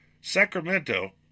Sacramento